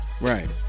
Right